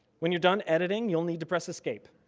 when you're done editing, you'll need to press escape.